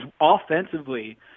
offensively